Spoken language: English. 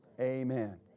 amen